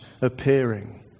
appearing